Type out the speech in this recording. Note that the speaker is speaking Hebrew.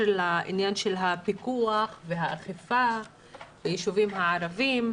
לעניין של הפיקוח והאכיפה ביישובים הערביים,